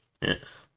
Yes